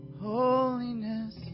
holiness